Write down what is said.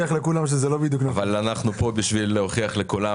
אבל אנחנו כאן בשביל להוכיח לכולם